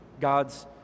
God's